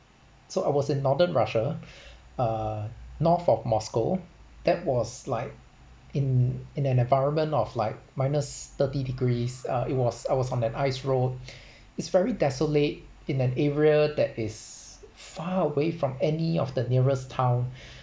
so I was in northern russia uh north of moscow that was like in in an environment of like minus thirty degrees uh it was I was on an ice road it's very desolate in an area that is far away from any of the nearest town